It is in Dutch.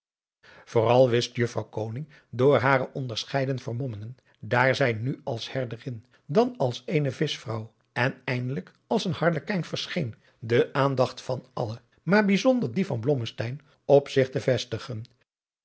vooral wist juffrouw koning door hare onderscheiden vermommingen daar zij nu als herderin dan als eene vischvrouw en eindelijk als een harlekijn verscheen de aandacht van alle maar bijzonder die van blommesteyn op zich te vestigen